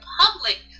public